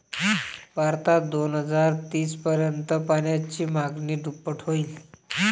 भारतात दोन हजार तीस पर्यंत पाण्याची मागणी दुप्पट होईल